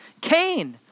Cain